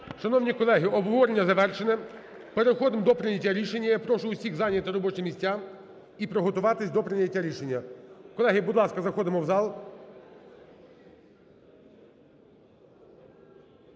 Шановні колеги, обговорення завершено. Переходимо до прийняття рішення. Я прошу усіх зайняти робочі місця і приготуватись до прийняття рішення. Колеги, будь ласка, заходимо в зал.